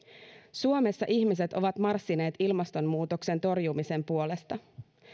suomessa ihmiset ovat marssineet ilmastonmuutoksen torjumisen puolesta